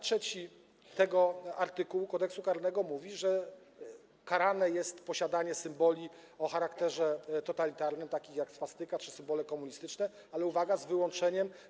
3 wymienionego artykułu Kodeksu karnego stanowi, że karane jest posiadanie symboli o charakterze totalitarnym, takich jak swastyka czy symbole komunistyczne, ale - uwaga - z wyłączeniem.